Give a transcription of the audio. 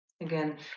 Again